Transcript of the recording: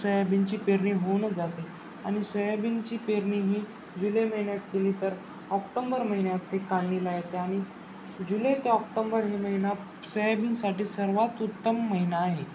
सोयाबीनची पेरणी होऊनंच जाते आणि सोयाबीनची पेरणी ही जुलै महिन्यात केली तर ऑक्टोंबर महिन्यात ते काढणीला येते आणि जुलै ते ऑक्टोंबर हे महिना सोयाबीनसाठी सर्वात उत्तम महिना आहे